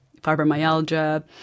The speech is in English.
fibromyalgia